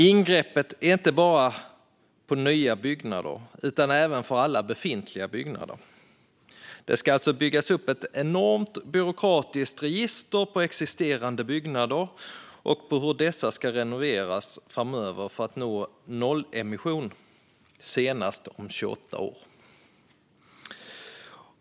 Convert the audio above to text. Ingreppet gäller inte bara nya byggnader utan även alla befintliga byggnader. Det ska alltså byggas upp ett enormt byråkratiskt register över existerande byggnader och hur dessa ska renoveras framöver för att nå nollemission senast om 28 år.